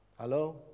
Hello